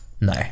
No